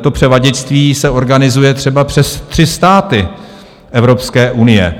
to převaděčství se organizuje třeba přes tři státy Evropské unie.